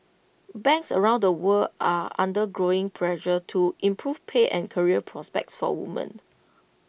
banks around the world are under growing pressure to improve pay and career prospects for women